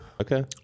Okay